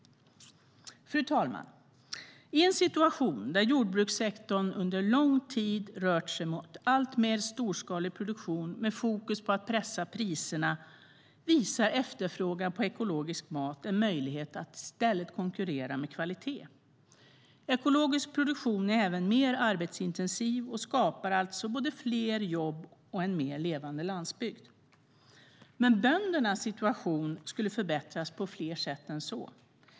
Fru talman! I en situation där jordbrukssektorn under lång tid rört sig mot en alltmer storskalig produktion med fokus på att pressa priserna visar efterfrågan på ekologisk mat på en möjlighet att i stället konkurrera med kvalitet. Ekologisk produktion är även mer arbetsintensiv och skapar alltså både fler jobb och en mer levande landsbygd. Böndernas situation skulle dock förbättras på fler sätt än så.